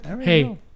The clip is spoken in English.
hey